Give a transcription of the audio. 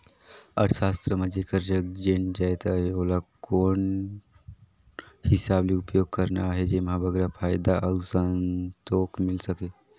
अर्थसास्त्र म जेकर जग जेन जाएत अहे ओला कोन हिसाब ले उपयोग करना अहे जेम्हो बगरा फयदा अउ संतोक मिल सके